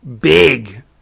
big